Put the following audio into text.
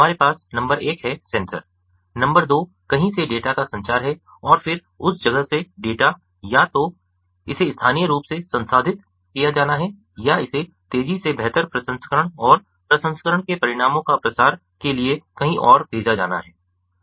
हमारे पास नंबर एक है सेंसर नंबर दो कहीं से डेटा का संचार है और फिर उस जगह से डेटा या तो इसे स्थानीय रूप से संसाधित किया जाना है या इसे तेजी से बेहतर प्रसंस्करण और प्रसंस्करण के परिणामों का प्रसार के लिए कहीं और भेजा जाना है